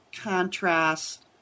contrast